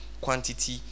quantity